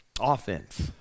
Offense